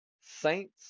Saints